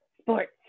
sports